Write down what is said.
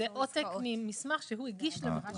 זה עותק מסמך שהוא הגיש לביטוח הלאומי.